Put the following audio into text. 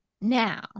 Now